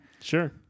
Sure